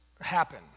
happen